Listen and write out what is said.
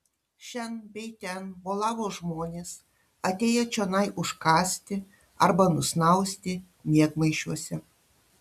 šen bei ten bolavo žmonės atėję čionai užkąsti arba nusnausti miegmaišiuose